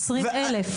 20 אלף.